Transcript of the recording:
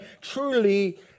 truly